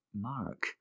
Mark